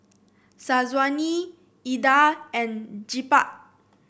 Syazwani Indah and Jebat